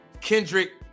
Kendrick